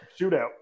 Shootout